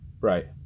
Right